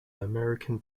american